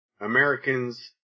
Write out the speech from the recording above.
Americans